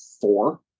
four